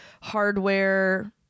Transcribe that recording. hardware